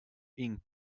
inc